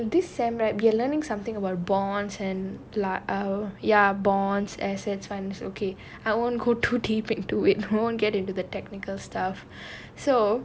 err so in this semester right you're learning something about bonds and plus our ya bonds assets funds okay I won't go to specific to it won't get into the technical stuff so